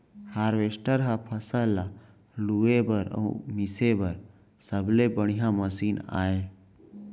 harvester ह फसल ल लूए बर अउ मिसे बर सबले बड़िहा मसीन आय